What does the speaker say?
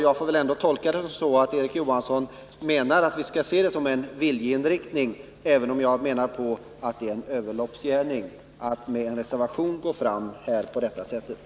Jag vill ändå tolka det så att Erik Johansson menar att vi skall se det som en viljeinriktning, även om jag menar att det är en överloppsgärning att då skriva en reservation som man gjort här.